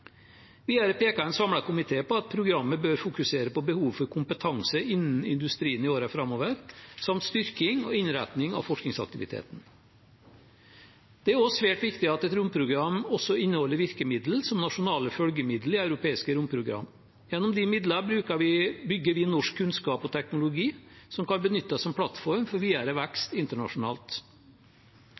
Videre peker en samlet komité på at programmet bør fokusere på behovet for kompetanse innen industrien i årene framover, samt styrking og innretning av forskningsaktiviteten. Det er også svært viktig at et romprogram også inneholder virkemidler som nasjonale følgemidler i europeiske romprogram. Gjennom de midlene bygger vi norsk kunnskap og teknologi som kan benyttes som plattform for videre vekst internasjonalt.